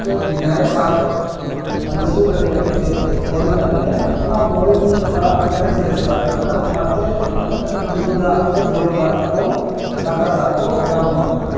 ᱛᱚ ᱵᱤᱫᱷᱟᱭᱚᱠ ᱥᱟᱦᱮᱵᱽ ᱟᱞᱮ ᱥᱩᱨ ᱨᱮᱜᱮ ᱢᱤᱫᱴᱤᱡ ᱵᱳᱨᱤᱝ ᱟᱫ ᱞᱮᱭᱟᱭ ᱚᱱᱟ ᱵᱳᱨᱤᱝ ᱫᱟᱜ ᱢᱟᱱᱮ ᱟᱹᱰᱤ ᱯᱷᱨᱮᱥ ᱫᱟᱜ ᱠᱟᱱᱟ ᱚᱱᱟᱛᱮ ᱢᱟᱱᱮ ᱧᱩ ᱫᱟᱜ ᱠᱚ ᱡᱚᱢ ᱫᱟᱜ ᱠᱚ ᱫᱟᱠᱟ ᱫᱟᱜ ᱠᱚ ᱜᱟᱱᱚᱜ ᱠᱟᱱᱟ